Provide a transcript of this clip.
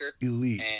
Elite